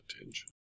attention